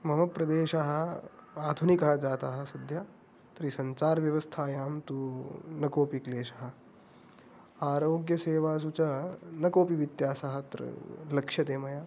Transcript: मम प्रदेशः आधुनिकः जातः सद्यः तर्हि सञ्चारव्यवस्थायां तु न कोऽपि क्लेशः आरोग्यसेवासु च न कोऽपि व्यत्यासः अत्र लक्ष्यते मया